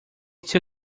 too